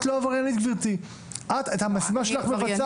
את לא עבריינית, גברתי, את המשימה שלך את מבצעת.